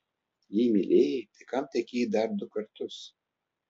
jei mylėjai tai kam tekėjai dar du kartus